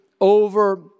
over